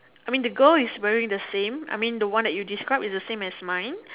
I mean the girl is wearing the same I mean the one you describe is the same as mine